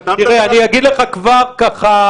תראה, אגיד לך כבר ככה